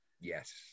Yes